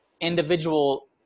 individual